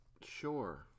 Sure